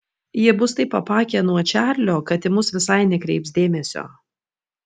jie bus taip apakę nuo čarlio kad į mus visai nekreips dėmesio